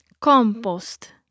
Compost